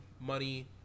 money